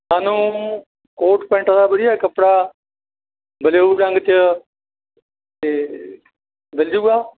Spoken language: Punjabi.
ਸਾਨੂੰ ਕੋਟ ਪੈਂਟ ਦਾ ਵਧੀਆ ਕੱਪੜਾ ਬਲਿਊ ਰੰਗ 'ਚ ਅਤੇ ਮਿਲ ਜੇਗਾ